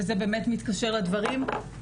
וזה באמת מתקשר לדברים,